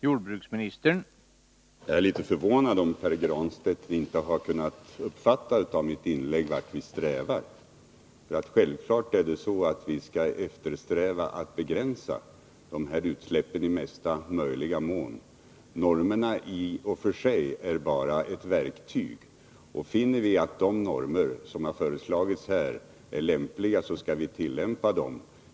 Herr talman! Jag är litet förvånad om Pär Granstedt inte har kunnat uppfatta av mitt inlägg vart vi strävar. Självfallet skall vi eftersträva att begränsa utsläppen i mesta möjliga mån. Normerna i och för sig är bara ett instrument, och finner vi att de normer som har föreslagits här är lämpliga skall vi tillämpa dem.